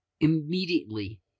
immediately